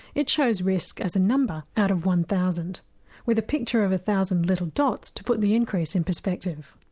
it shows risk as a number out of one thousand with a picture of a one thousand little dots to put the increase in perspective.